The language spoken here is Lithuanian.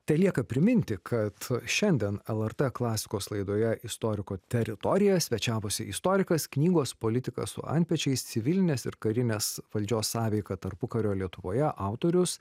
telieka priminti kad šiandien lrt klasikos laidoje istoriko teritorija svečiavosi istorikas knygos politika su antpečiais civilinės ir karinės valdžios sąveika tarpukario lietuvoje autorius